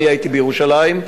הייתי בירושלים,